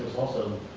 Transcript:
also